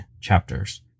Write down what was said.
chapters